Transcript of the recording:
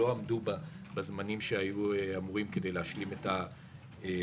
לא עמדו בזמנים שהיו אמורים כדי להשלים את הבנייה.